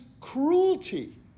cruelty